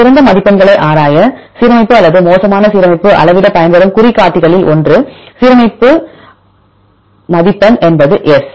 சிறந்த மதிப்பெண்களை ஆராய சீரமைப்பு அல்லது மோசமான சீரமைப்பு அளவிட பயன்படும் குறிகாட்டிகளில் ஒன்று சீரமைப்பு இன் சீரமைப்பு மதிப்பெண் என்பது s